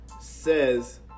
says